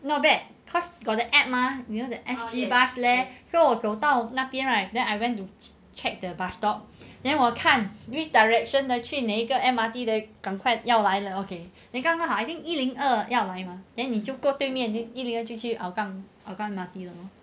not bad cause got the app mah you know the S_G busleh so 我走到那边 right then I went to check the bus stop then 我看 which direction 的去哪个 M_R_T 要赶快来了 then 刚刚好一零二要来嘛 then 你就过对面一零二就去 hougang hougang M_R_T 的 lor